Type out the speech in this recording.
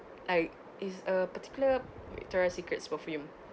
like it's a particular Victoria Secrets perfume